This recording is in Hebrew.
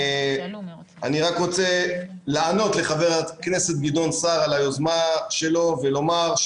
אני רק רוצה לענות לחבר הכנסת גדעון סער על היוזמה שלו ולומר,